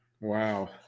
Wow